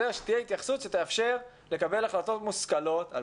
שתהיה התייחסות שתאפשר לנו לקבל החלטות מושכלות על